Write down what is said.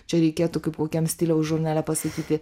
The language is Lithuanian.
čia reikėtų kaip kokiam stiliaus žurnale pasakyti